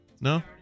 No